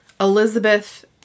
Elizabeth